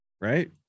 right